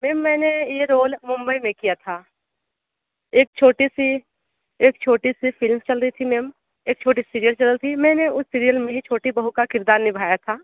ma'am मैंने यह role Mumbai में किया था एक छोटी सी एक छोटी सी फिल्म चल रही थी मैम एक छोटी सीरियल चल रही थी मैंने उस सीरियल में ही छोटी बहु का किरदार निभाया था